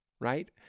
right